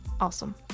awesome